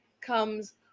comes